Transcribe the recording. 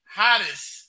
hottest